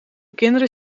kinderen